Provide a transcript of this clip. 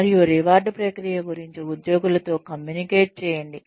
మరియు రివార్డ్ ప్రక్రియ గురించి ఉద్యోగులతో కమ్యూనికేట్ చేయండి